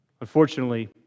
Unfortunately